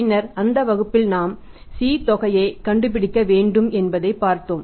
பின்னர் அந்த வகுப்பில் நாம் C தொகையை கண்டுபிடிக்க வேண்டும் என்பதைப் பார்த்தோம்